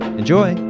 enjoy